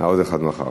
עוד אחד מחר.